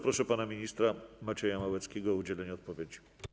Proszę pana ministra Macieja Małeckiego o udzielenie odpowiedzi.